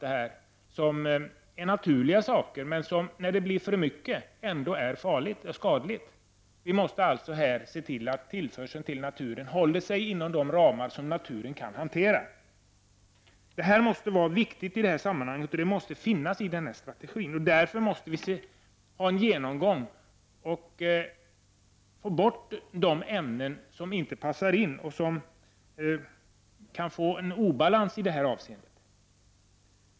De är naturliga, men när det blir för mycket av dem är de skadliga. Vi måste alltså se till att tillförseln till naturen håller sig inom de ramar som naturen kan hantera. Detta måste vara viktigt i detta sammanhang, och det måste finnas med i strategin. Därför måste det ske en genomgång, så att man får bort de ämnen som inte passar in och som kan skapa obalans i detta avseende.